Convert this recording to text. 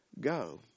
go